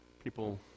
People